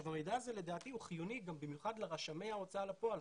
המידע הזה לדעתי הוא חיוני במיוחד לרשמי ההוצאה לפועל.